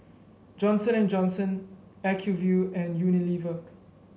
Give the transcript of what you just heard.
Johnson And Johnson Acuvue and Unilever